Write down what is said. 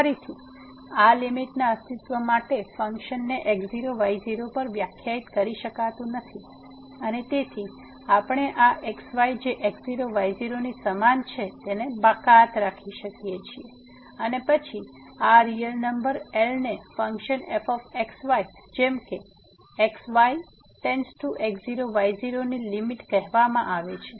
ફરીથી આ લીમીટના અસ્તિત્વ માટે ફંક્શનને x0y0 પર વ્યાખ્યાયિત કરી શકાતું નથી અને તેથી આપણે આ xy જે x0y0 ની સમાન છે એને બાકાત રાખી શકીએ અને પછી આ રીયલ નંબર L ને ફંક્શન fx y જેમ કે xy→x0y0 ની લીમીટ કહેવામાં આવે છે